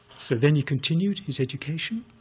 so then he continued his education.